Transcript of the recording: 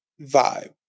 vibe